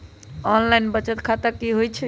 Online बचत खाता की होई छई?